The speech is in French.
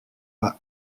pas